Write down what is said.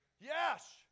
Yes